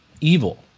evil